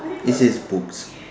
it says books